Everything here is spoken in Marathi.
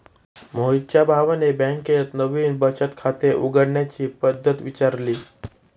मोहितच्या भावाने बँकेत नवीन बचत खाते उघडण्याची पद्धत विचारली